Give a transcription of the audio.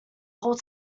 whole